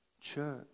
church